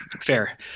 Fair